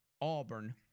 Auburn